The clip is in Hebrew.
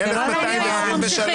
מי נגד?